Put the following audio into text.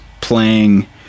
playing